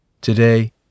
Today